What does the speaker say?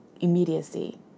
immediacy